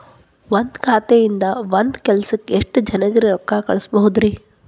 ಒಂದ್ ಖಾತೆಯಿಂದ, ಒಂದ್ ಸಲಕ್ಕ ಎಷ್ಟ ಜನರಿಗೆ ರೊಕ್ಕ ಕಳಸಬಹುದ್ರಿ?